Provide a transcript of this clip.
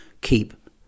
keep